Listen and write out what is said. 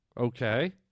Okay